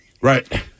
Right